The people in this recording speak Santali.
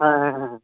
ᱦᱮᱸ ᱦᱮᱸ ᱦᱮᱸ ᱦᱮᱸ